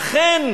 אכן,